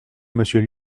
monsieur